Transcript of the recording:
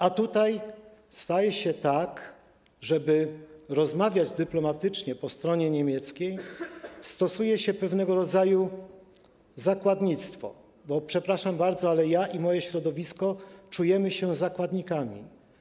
A tutaj, żeby rozmawiać dyplomatycznie ze stroną niemiecką, stosuje się pewnego rodzaju zakładnictwo, bo, przepraszam bardzo, ale ja i moje środowisko czujemy się zakładnikami.